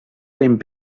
zijn